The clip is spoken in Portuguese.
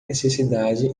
necessidade